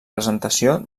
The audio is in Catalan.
presentació